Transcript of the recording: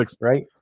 right